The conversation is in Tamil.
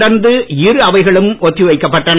தொடர்ந்து இரு அவைகளும் ஒத்திவைக்கப்பட்டன